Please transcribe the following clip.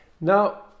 Now